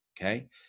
Okay